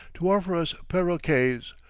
to offer us parroquets,